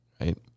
right